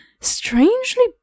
strangely